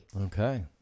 Okay